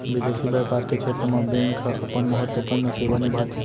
बिंदेसी बैपार के छेत्र म बेंक ह अपन महत्वपूर्न सेवा निभाथे